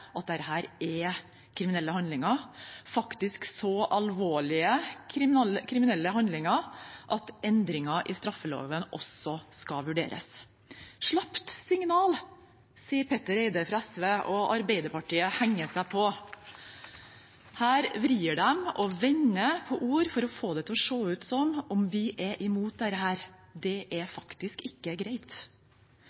er kriminelle handlinger, faktisk så alvorlige kriminelle handlinger at endringer i straffeloven også skal vurderes. «Slapt signal», sier Petter Eide fra SV, og Arbeiderpartiet henger seg på. Her vrir og vender de på ord for å få det til å se ut som om de er imot dette – det er